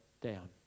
down